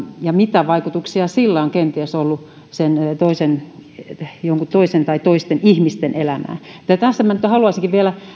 ja sitä mitä vaikutuksia sillä on kenties ollut jonkun toisen tai toisten ihmisten elämään minä nyt haluaisinkin vielä